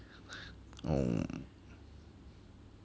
oh